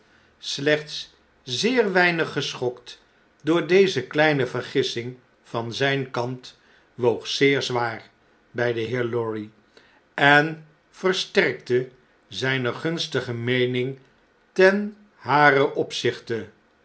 slechts zeer weinig geschokt door deze kleine vergissing van zijn kant woog zeer zwaar bn den heer lorry en versterkte zpe gunstigemeeningtenharenopzichte daar wy